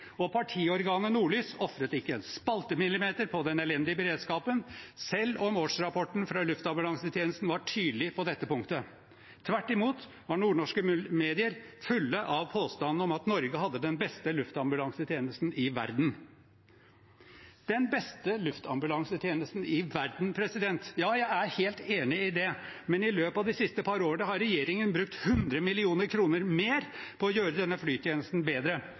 og partiorganet Nordlys ofret ikke en spaltemillimeter på den elendige beredskapen selv om årsrapporten fra Luftambulansetjenesten var tydelig på dette punktet. Tvert imot var nordnorske medier fulle av påstanden om at Norge hadde den beste luftambulansetjenesten i verden. Den beste luftambulansetjenesten i verden – ja, jeg er helt enig i det, men i løpet av de siste par årene har regjeringen brukt 100 mill. kr mer på å gjøre denne flytjenesten bedre,